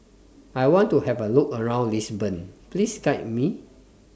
I want to Have A Look around Lisbon Please Guide Me